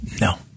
No